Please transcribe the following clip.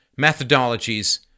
methodologies